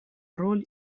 роль